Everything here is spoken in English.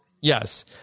Yes